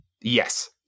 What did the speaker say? Yes